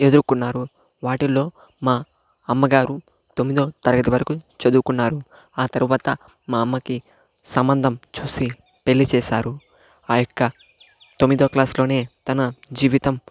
ఎదుర్కొన్నారు వాటిల్లో మా అమ్మగారు తొమ్మిదో తరగతి వరకు చదువుకున్నారు ఆ తర్వాత మా అమ్మకి సంబంధం చూసి పెళ్లి చేశారు ఆ యొక్క తొమ్మిదో క్లాసులోనే తన జీవితం